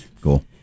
Cool